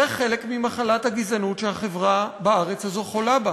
זה חלק ממחלת הגזענות שהחברה בארץ הזו חולה בה.